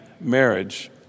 marriage